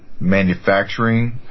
manufacturing